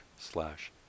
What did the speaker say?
slash